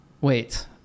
wait